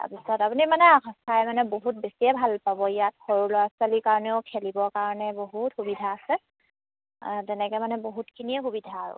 তাৰপিছত আপুনি মানে চাই মানে বহুত বেছিয়ে ভাল পাব ইয়াত সৰু ল'ৰা ছোৱালীৰ কাৰণেও খেলিবৰ কাৰণে বহুত সুবিধা আছে তেনেকৈ মানে বহুতখিনিয়ে সুবিধা আৰু